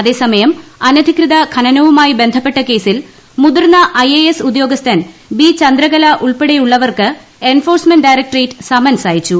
അതേസമയം അനധികൃത ഖനനവുമായി ബന്ധപ്പെട്ടകേസിൽ മുതിർന്ന ഐ എ എസ് ഉദ്യോഗസ്ഥൻ ബി ചന്ദ്രകല ഉൾപ്പെടെയുള്ളവർക്ക് എൻഫോഴ്സ്മെന്റ് ഡയറക്ട്രേറ്റ് സമൻസ് അയച്ചു